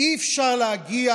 אי-אפשר להגיע